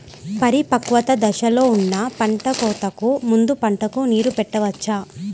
పరిపక్వత దశలో ఉన్న పంట కోతకు ముందు పంటకు నీరు పెట్టవచ్చా?